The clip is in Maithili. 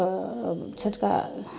तऽ छोटका